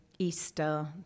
Easter